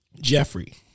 Jeffrey